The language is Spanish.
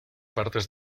partes